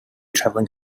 travelling